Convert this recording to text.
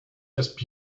just